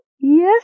yes